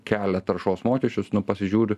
kelia taršos mokesčius nu pasižiūri